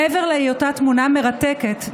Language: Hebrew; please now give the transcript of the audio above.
מעבר להיותה תמונה מרתקת,